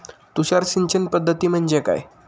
तुषार सिंचन पद्धती म्हणजे काय?